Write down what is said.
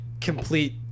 complete